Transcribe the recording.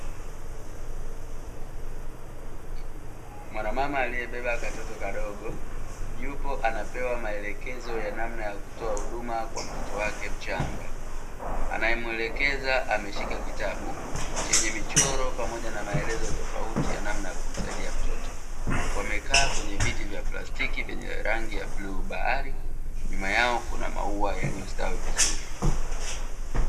Mwanamama aliyebeba katoto kadogo yupo anapewa maelekezo ya namna ya kutoa huduma kwa mtoto wake mchanga, anayemuelekeza ameshika kitabu chenye michoro pamoja na maelezo tofauti ya namna ya kumsaidia mtoto. Wamekaa kwenye viti vya plastiki vyenye rangi ya bluu bahari, nyuma yao kuna maua yaliyostawi vizuri.